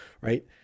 right